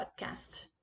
podcast